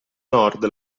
nord